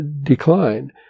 decline